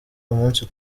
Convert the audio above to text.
umunsi